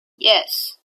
yes